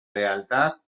lealtad